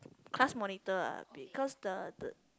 class monitor ah because the the